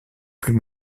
plus